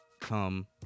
come